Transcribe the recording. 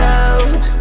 out